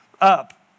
up